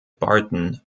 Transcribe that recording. barton